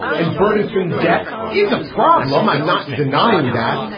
and burdensome debt is a problem. i'm not denying that.